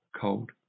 cold